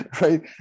right